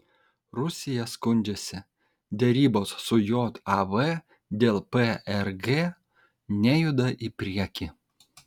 rusija skundžiasi derybos su jav dėl prg nejuda į priekį